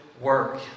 work